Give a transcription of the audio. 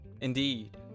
Indeed